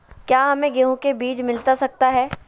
क्या हमे गेंहू के बीज मिलता सकता है?